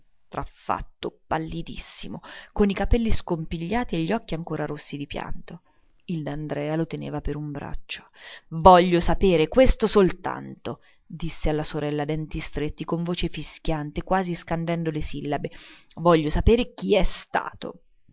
scontraffatto pallidissimo coi capelli scompigliati e gli occhi ancora rossi di pianto il d'andrea lo teneva per un braccio voglio sapere questo soltanto disse alla sorella a denti stretti con voce fischiante quasi scandendo le sillabe voglio sapere chi è stato